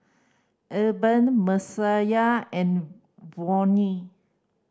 Eben Messiah and Vonnie